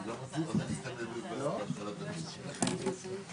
בהמשך לשאלה הקודמת של גופי ביטחון,